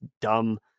dumb